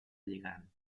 lligant